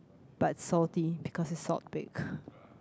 but salty because it salt baked